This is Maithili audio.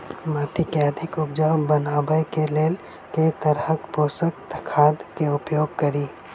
माटि केँ अधिक उपजाउ बनाबय केँ लेल केँ तरहक पोसक खाद केँ उपयोग करि?